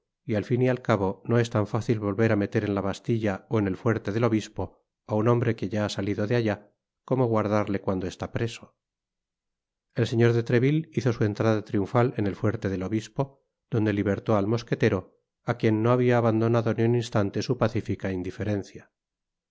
y al fin y al cabo no es tan fácil volver á meter en la bastilla ó en el fuerte del obispo á un hombre que ya ha salido de allá como guardarle cuando está preso el señor de treville hizo su entrada triunfal en el fuerte del obispo donde libertó al mosquetero á quien no habia abandonado ni un instante su pacifica indiferencia